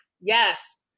yes